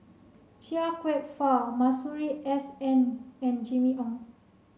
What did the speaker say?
Chia Kwek Fah Masuri S N and Jimmy Ong